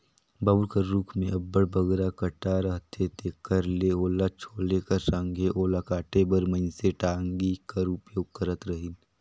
बबूर कर रूख मे अब्बड़ बगरा कटा रहथे तेकर ले ओला छोले कर संघे ओला काटे बर मइनसे टागी कर उपयोग करत रहिन